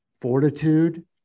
fortitude